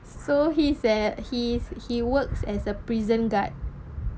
so he said he's he works as a prison guard